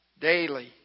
daily